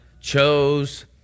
chose